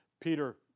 Peter